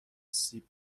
سیب